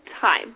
time